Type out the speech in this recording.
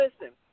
listen